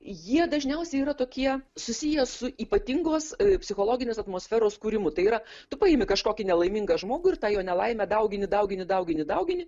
jie dažniausiai yra tokie susiję su ypatingos psichologinės atmosferos kūrimu tai yra tu paimi kažkokį nelaimingą žmogų ir tą jo nelaimę dauginį daugin daugini daugini